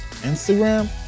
Instagram